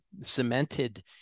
cemented